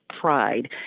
pride